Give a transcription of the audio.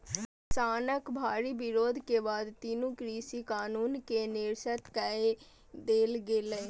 किसानक भारी विरोध के बाद तीनू कृषि कानून कें निरस्त कए देल गेलै